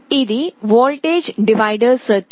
ఇది voltage divider circuit